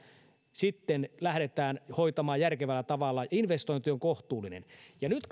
sitten lähdetään hoitamaan järkevällä tavalla investointi on kohtuullinen nyt